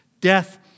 Death